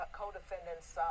co-defendant's